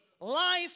life